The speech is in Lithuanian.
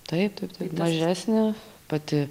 taip taip taip mažesnė pati